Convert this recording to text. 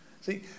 See